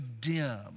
dim